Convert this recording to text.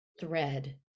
thread